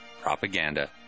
Propaganda